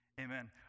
amen